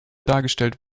dargestellt